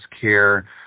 care